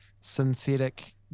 synthetic